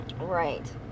Right